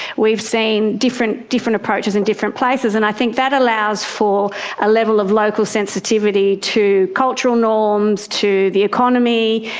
we've seen different different approaches in different places, and i think that allows for a level of local sensitivity to cultural norms, to the economy,